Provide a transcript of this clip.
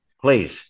please